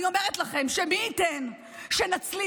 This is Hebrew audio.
אני אומרת לכם, מי ייתן שנצליח